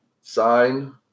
sign